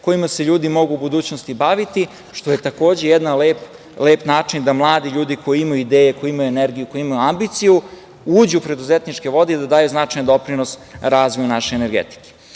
kojima se ljudi mogu u budućnosti baviti, što je takođe jedan lep način da mladi ljudi koji imaju ideje, koji imaju energiju, i koji imaju ambiciju, uđu u preduzetničke vode i da daju značajan doprinos razvoju naše energetike. Uvažene